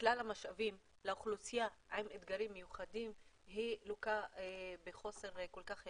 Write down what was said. לכלל המשאבים לאוכלוסייה עם אתגרים מיוחדים לוקה בחוסר כל כך גדול.